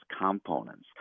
components